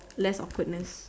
less awkwardness